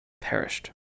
perished